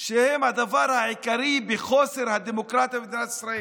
הדבר העיקרי בחוסר הדמוקרטיה במדינת ישראל,